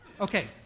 Okay